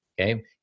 okay